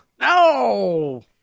No